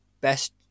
best